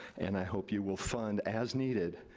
and i hope you will fund, as needed,